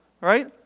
right